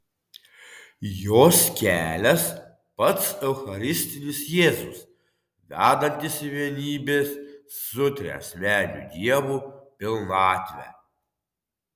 jos kelias pats eucharistinis jėzus vedantis į vienybės su triasmeniu dievu pilnatvę